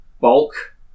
bulk